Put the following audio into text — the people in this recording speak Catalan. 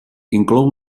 inclou